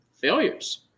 failures